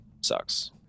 sucks